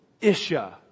Isha